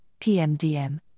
PMDM